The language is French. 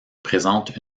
présente